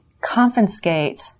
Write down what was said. confiscate